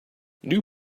new